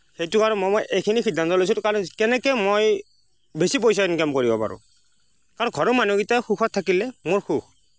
সেইটো কাৰণে মই মই এইখিনি সিদ্ধান্ত লৈছিলোঁ কাৰণ কেনেকৈ মই বেছি পইচা ইনকাম কৰিব পাৰোঁ কাৰণ ঘৰৰ মানুহকেইটা সুখত থাকিলে মোৰ সুখ